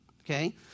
Okay